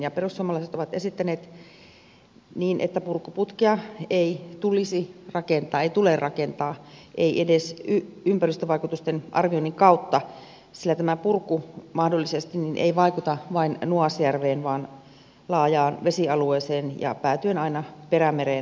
perussuomalaiset ovat esittäneet niin että purkuputkea ei tule rakentaa ei edes ympäristövaikutusten arvioinnin kautta sillä tämä purku mahdollisesti ei vaikuta vain nuasjärveen vaan laajaan vesialueeseen ja päätyen aina perämereen asti